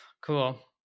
Cool